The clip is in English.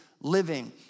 living